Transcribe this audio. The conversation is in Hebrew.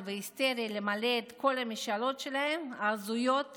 והיסטרי למלא את כל המשאלות ההזויות שלהן?